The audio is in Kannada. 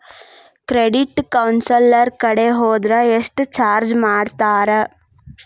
ಕ್ರೆಡಿಟ್ ಕೌನ್ಸಲರ್ ಕಡೆ ಹೊದ್ರ ಯೆಷ್ಟ್ ಚಾರ್ಜ್ ಮಾಡ್ತಾರ?